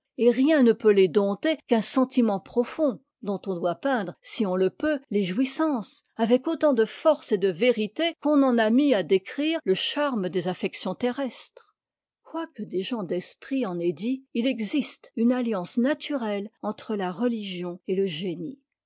et rien ne peut les dompter qu'un sentiment profond dont on doit peindre si on le peut les jouissances avec autant de force et de vérité qu'on en a mis à décrire le charme des affections terrestres quoi que des gens d'esprit en aient dit il existe une alliance naturelle entre la religion et le génie